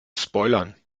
spoilern